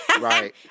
Right